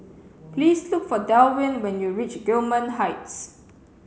please look for Delwin when you reach Gillman Heights